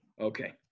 Okay